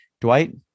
Dwight